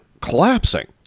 collapsing